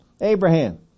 Abraham